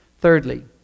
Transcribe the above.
Thirdly